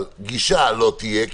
אבל גישה לא תהיה,